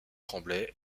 tremblay